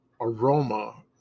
aroma